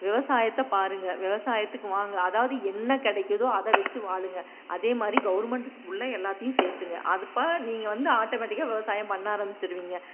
விவசாயத்தை பாருங்கள் விவசாயத்துக்கு வாங்க அதாவது என்ன கிடைக்கிதோ அதை வச்சி வாழுங்கள் அதேமாதிரி கவர்மெண்ட்டு ஸ்கூலில் எல்லாத்தையும் சேர்த்துங்க அதுபா நீங்கள் வந்து ஆட்டோமேட்டிக்காக விவசாயம் பண்ண ஆரமிச்சிடுவிங்க